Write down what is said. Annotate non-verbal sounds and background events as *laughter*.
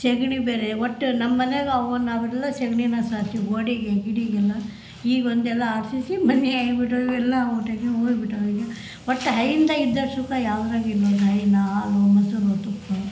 ಸಗ್ಣಿ ಬೇರೆ ಒಟ್ಟು ನಮ್ಮ ಮನೆಗೆ ಅವ್ವ ನಾವೆಲ್ಲ ಸಗ್ಣಿನ ಸಾರಿಸಿ ಗೋಡೆಗೆ ಗೀಡೆಗೆಲ್ಲ ಈಗ ಒಂದು ಎಲ್ಲ ಆರ್ ಸಿ ಸಿ ಮನೆಯಾಗಿ ಬಿಟ್ಟಿದೆ ಎಲ್ಲ ಒಟ್ಟಾಗಿ *unintelligible* ಒಟ್ಟು ಹೈನ್ದಾಗೆ ಇದ್ದಷ್ಟು ಸುಖ ಯಾವ್ದ್ರಾಗು ಇಲ್ಲ ನೋಡು ಹೈನು ಹಾಲು ಮೊಸರು ತುಪ್ಪ